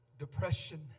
Depression